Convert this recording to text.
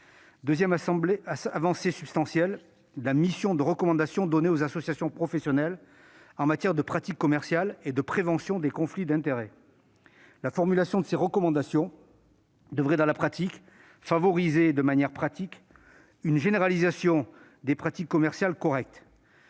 deuxième avancée substantielle concerne la mission de recommandation donnée aux associations professionnelles en matière de pratiques commerciales et de prévention des conflits d'intérêts. La formulation de ces recommandations devrait, dans les faits, favoriser une généralisation des bonnes pratiques commerciales.